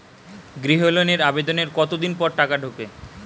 গৃহ লোনের আবেদনের কতদিন পর টাকা ঢোকে?